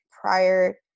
prior